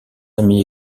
amis